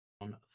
on